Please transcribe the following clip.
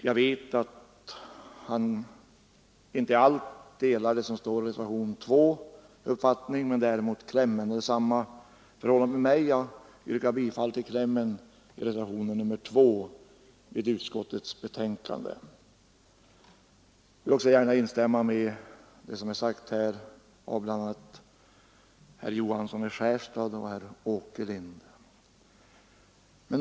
Jag vet också att herr Bohman inte ansluter sig i allt till vad som står i reservationen 2. Däremot instämmer han i reservationens kläm. Det är samma förhållande med mig. Jag yrkar bifall till klämmen i reservationen 2 till utskottets betänkande. Jag vill också här instämma i vad som har sagts av herr Johansson i Skärstad och herr Åkerlind. Fru talman!